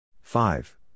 five